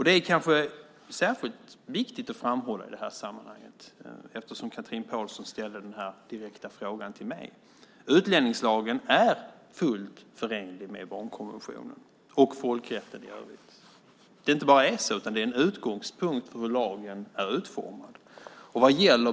Det är kanske särskilt viktigt att framhålla detta i det här sammanhanget eftersom Chatrine Pålsson Ahlgren ställer denna direkta fråga till mig. Utlänningslagen är fullt förenlig med barnkonventionen och folkrätten i övrigt. Detta är en utgångspunkt för hur lagen är utformad.